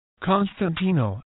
Constantino